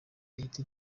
ihita